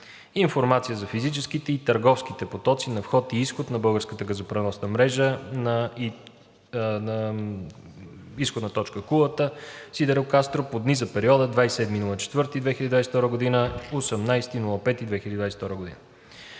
информация за физическите и търговските потоци на вход и изход на българската газопреносна мрежа на изходна точка Кулата – Сидирокастро по дни за периода 27 април 2022 г. – 18 май 2022 г.